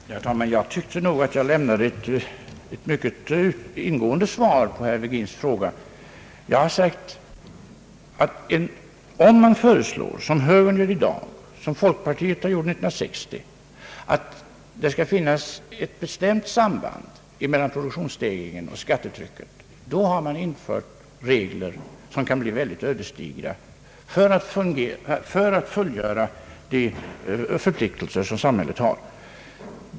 Herr talman! Jag tyckte nog jag lämnade ett mycket ingående svar på herr Virgins fråga. Jag har sagt att om man föreslår — som moderata samlingspartiet i dag och som folkpartiet 1960 — att det skall finnas ett bestämt samband emellan produktionsstegringen och skattetrycket, då inför man regler som kan bli ödesdigra för fullgörandet av de förpliktelser samhället har.